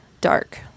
dark